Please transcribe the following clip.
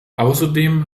außerdem